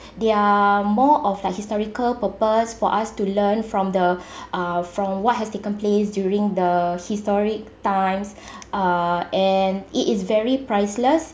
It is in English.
they're more of like historical purpose for us to learn from the uh from what has taken place during the historic times uh and it is very priceless